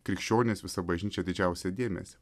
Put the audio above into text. krikščionys visa bažnyčia didžiausią dėmesį